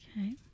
Okay